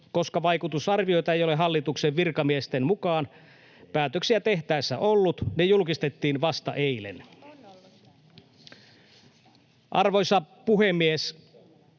koska vaikutusarvioita ei ole hallituksen virkamiesten mukaan päätöksiä tehtäessä ollut. Ne julkistettiin vasta eilen. Arvoisa puhemies!